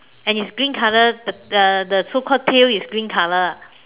and it's green color the uh the so called tail is green color